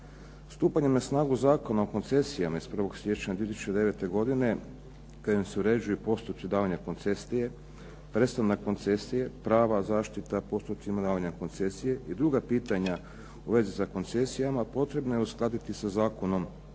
Stupanjem na snagu Zakona o koncesijama iz 1. siječnja 2009. godine kojim se uređuju postupci davanja koncesije, prestanak koncesije, prava, zaštita, postupci davanja koncesije i druga pitanja u vezi sa koncesijama potrebno je uskladiti sa Zakonom